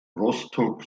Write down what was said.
rostock